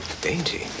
Dainty